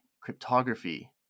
Cryptography